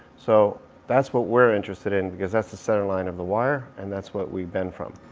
so that's what we're interested in, because that's the center line of the wire and that's what we bend from.